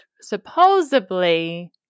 supposedly